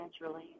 naturally